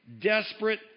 desperate